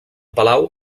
palau